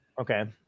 Okay